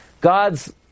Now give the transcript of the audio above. God's